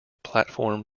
platform